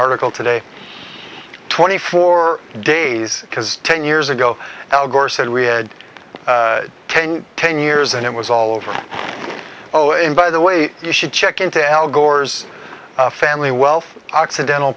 rticle today twenty four days because ten years ago al gore said we had ten ten years and it was all over oh and by the way you should check into al gore's family wealth occidental